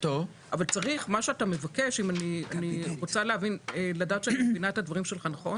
אבל מה שאתה מבקש אני רוצה לדעת שאני מבינה את הדברים שלך נכון